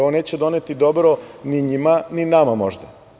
Ovo neće doneti dobro ni njima ni nama, možda.